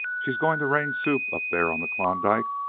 she's going to rain soup up there on the klondike,